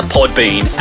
Podbean